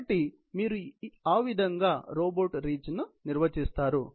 కాబట్టి మీరు ఆ విధంగా రోబోట్ రీచ్ ను నిర్వచిస్తారు